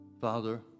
Father